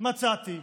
מצאתי